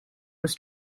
was